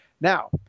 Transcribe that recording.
Now